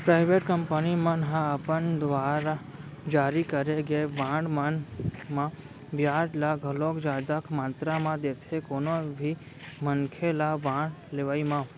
private company मन ह अपन दुवार जारी करे गे बांड मन म बियाज ल घलोक जादा मातरा म देथे कोनो भी मनखे ल बांड लेवई म